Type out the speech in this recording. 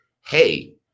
hey